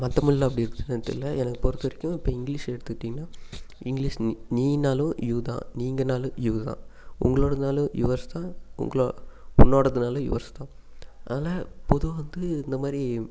மற்ற மொழி எல்லாம் இப்படி இருக்குதா எனக்கு தெரியல எனக்கு பொறுத்த வரைக்கும் இப்போ இங்கிலிஷை எடுத்துக்கிட்டிங்கன்னா இங்கிலிஷ் நீனாலும் யு தான் நீங்கனாலும் யு தான் உங்களோடதுனாலும் யுவர்ஸ் தான் உங்களா உன்னோடதுனாலும் யுவர்ஸ் தான் அதனால் பொதுவாக வந்து இந்த மாதிரி